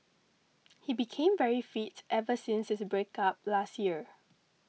he became very fit ever since his breakup last year